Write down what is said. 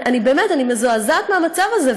באמת אני מזועזעת מהמצב הזה,